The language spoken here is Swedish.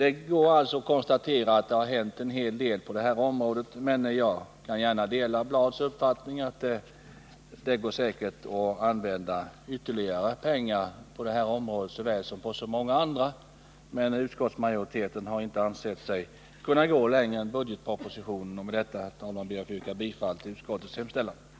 Det går att konstatera att det har hänt en hel del på det här området, men jag kan gärna instämma i Lennart Bladhs uppfattning att det säkert går att använda ytterligare pengar på detta såväl som på många andra områden. Utskottsmajoriteten har dock inte ansett sig kunna gå längre än budgetpro positionen. Nr 113 Med detta, herr talman, ber jag att få yrka bifall till utskottets Fredagen den hemställan.